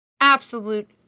Absolute